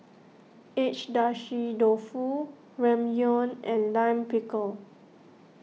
Agedashi Dofu Ramyeon and Lime Pickle